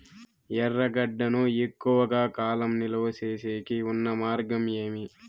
ఎర్రగడ్డ ను ఎక్కువగా కాలం నిలువ సేసేకి ఉన్న మార్గం ఏమి?